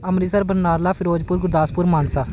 Amritsar Barnala Firozpur Gurdaspur Mansa